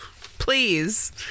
Please